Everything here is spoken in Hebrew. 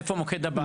איפה מוקד הבעיה?